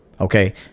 Okay